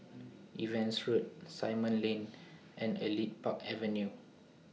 Evans Road Simon Lane and Elite Park Avenue